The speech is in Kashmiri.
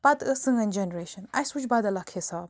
پتہٕ ٲس سٲنۍ جنریشَن اسہِ وُچھ بدل اَکھ حساب